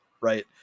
right